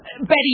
Betty